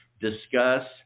discuss